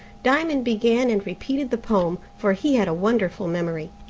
diamond began and repeated the poem, for he had a wonderful memory.